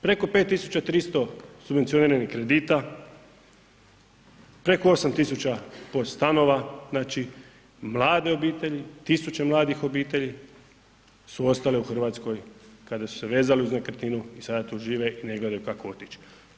Preko 5300 subvencioniranih kredita, preko 8000 POS stanova, znači mlade obitelji, tisuće mladih obitelji su ostale u RH kada su se vezali uz nekretninu i sada tu žive i ne gledaju kako otić.